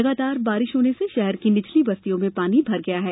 लगातार बारिश होने से शहर की निचली बस्तियों में पानी भर गया है